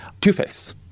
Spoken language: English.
Two-Face